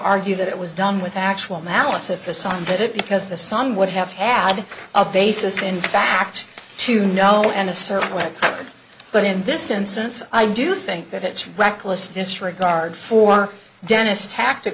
argue that it was done with actual malice if the son did it because the son would have had a basis in fact to know and a certain way but in this instance i do think that it's reckless disregard for dentist tactic